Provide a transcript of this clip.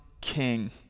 king